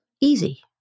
easy